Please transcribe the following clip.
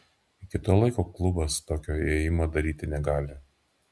iki to laiko klubas tokio ėjimo daryti negali